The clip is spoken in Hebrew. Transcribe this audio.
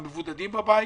המבודדים בבית,